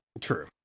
True